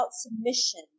submission